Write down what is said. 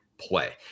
play